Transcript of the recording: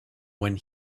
when